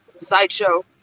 sideshow